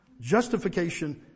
Justification